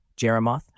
Jeremoth